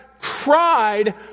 cried